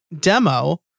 demo